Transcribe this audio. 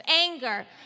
anger